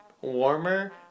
warmer